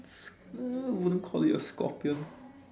uh wouldn't call it a scorpion